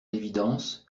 l’évidence